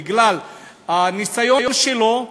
בגלל הניסיון שלו,